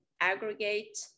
aggregate